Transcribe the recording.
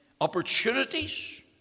opportunities